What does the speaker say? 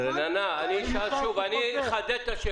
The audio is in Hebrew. אחדד.